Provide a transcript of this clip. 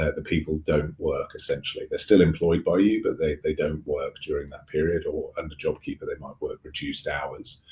the people don't work essentially. they're still employed by you, but they don't work during that period or under jobkeeper, they might work reduced hours.